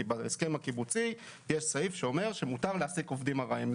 כי בהסכם הקיבוצי יש סעיף שאומר שמותר להעסיק עובדים ארעיים.